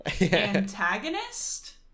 antagonist